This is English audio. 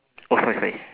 oh sorry sorry